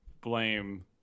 blame